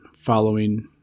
following